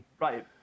Right